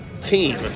Team